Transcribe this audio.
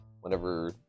whenever